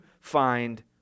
find